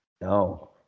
No